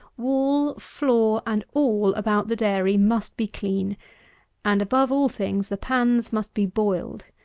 wall, floor, and all about the dairy, must be clean and, above all things, the pans must be boiled.